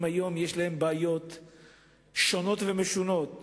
יש להם היום בעיות שונות ומשונות,